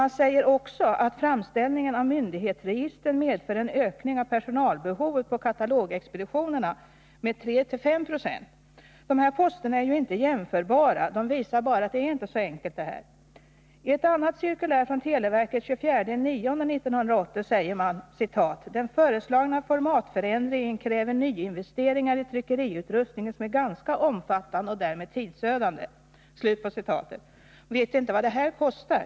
Det sägs också att framställningen om myndighetsregister medför en ökning av personalbehovet på katalogexpeditionerna med:3-5 26. Dessa poster är ju inte jämförbara. De visar bara att det här inte är så enkelt. I ett annat cirkulär av den 24 september 1980 från televerket heter det: ”Den föreslagna formatförändringen kräver nyinvesteringar i tryckeriutrustning som är ganska omfattande och därmed tidsödande.” Vi vet inte vad det här kostar.